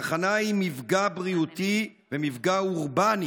התחנה היא מפגע בריאותי ומפגע אורבני